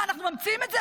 מה, אנחנו ממציאים את זה?